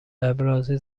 ابرازی